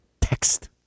Text